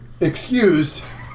excused